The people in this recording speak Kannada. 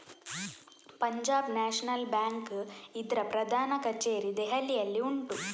ಪಂಜಾಬ್ ನ್ಯಾಷನಲ್ ಬ್ಯಾಂಕ್ ಇದ್ರ ಪ್ರಧಾನ ಕಛೇರಿ ದೆಹಲಿಯಲ್ಲಿ ಉಂಟು